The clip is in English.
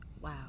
Wow